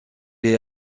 est